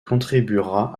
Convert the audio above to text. contribuera